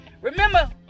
Remember